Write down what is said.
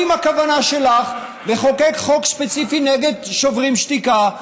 אם הכוונה שלך לחוקק חוק ספציפי נגד שוברים שתיקה,